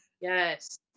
Yes